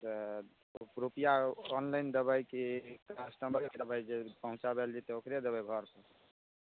तऽ रुपैआ ऑनलाइन देबै कि कस्टमरेकेँ देबै जे पहुँचबै लए जेतै ओकरे देबै घरपर